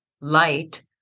Light